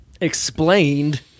explained